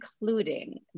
including